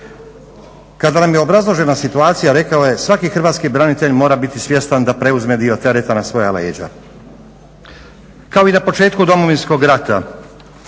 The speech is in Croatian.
Kada nam je obrazložena situacija rekao je svaki hrvatski branitelj mora biti svjestan da preuzme dio tereta na svoja leđa. Kao i na početku Domovinskog rata